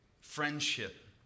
friendship